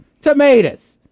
Tomatoes